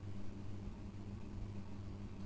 कोबीला योग्य सत्व न मिळाल्यास त्याची योग्य वाढ होत नाही